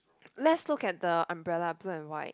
let's look at the umbrella black and white